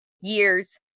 years